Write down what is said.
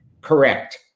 correct